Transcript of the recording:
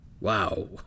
wow